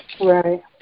Right